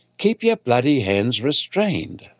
keep your bloody hands restrained.